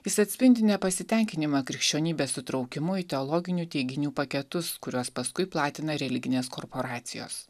jis atspindi nepasitenkinimą krikščionybės įtraukimu į teologinių teiginių paketus kuriuos paskui platina religinės korporacijos